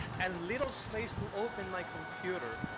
and little space to open my computer.